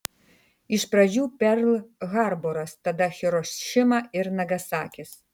iš pradžių perl harboras tada hirošima ir nagasakis